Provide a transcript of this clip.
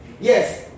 Yes